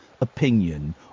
opinion